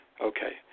Okay